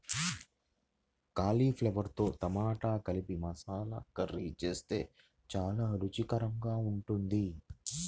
కాలీఫ్లవర్తో టమాటా కలిపి మసాలా కర్రీ చేస్తే చాలా రుచికరంగా ఉంటుంది